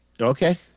Okay